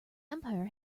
empire